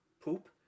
poop